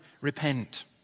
Repent